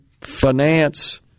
finance